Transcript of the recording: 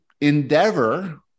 endeavor